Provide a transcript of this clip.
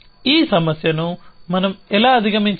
ఈ సమస్యను మనం ఎలా అధిగమించాలి